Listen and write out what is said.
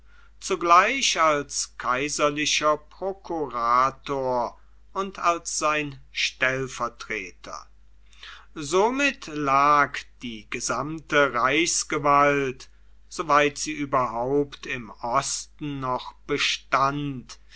zugleich als kaiserlicher prokurator und als sein stellvertreter somit lag die gesamte reichsgewalt soweit sie überhaupt im osten noch bestand